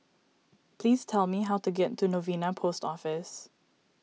please tell me how to get to Novena Post Office